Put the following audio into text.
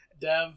dev